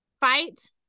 fight